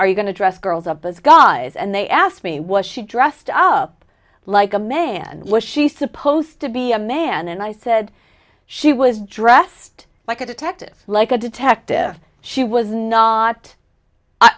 are you going to dress girls up as guys and they asked me was she dressed up like a man was she supposed to be a man and i said she was dressed like a detective like a detective she was not